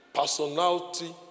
personality